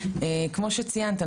כמו שציינת,